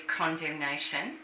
condemnation